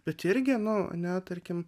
bet irgi nu ane tarkim